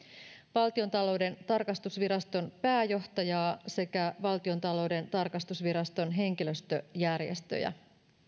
valtiontalouden tarkastusviraston pääjohtajaa sekä valtiontalouden tarkastusviraston henkilöstöjärjestöjä